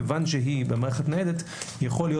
כיוון שהיא במערכת ניידת יכול להיות